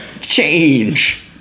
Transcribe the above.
Change